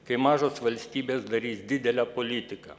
kai mažos valstybės darys didelę politiką